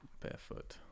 Barefoot